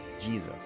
Jesus